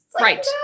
Right